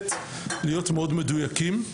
לתמצת ולהיות מדויקים מאוד.